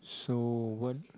so when